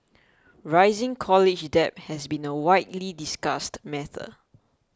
rising college debt has been a widely discussed method